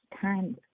time